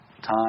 time